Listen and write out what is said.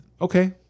okay